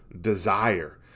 desire